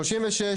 סעיף 39 אושר.